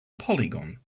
polygon